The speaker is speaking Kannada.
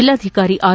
ಜಿಲ್ಲಾಧಿಕಾರಿ ಆರ್